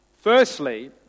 Firstly